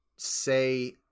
say